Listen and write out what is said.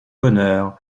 bonheur